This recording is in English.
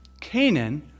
Canaan